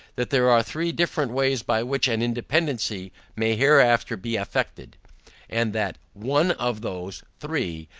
that there are three different ways, by which an independancy may hereafter be effected and that one of those three,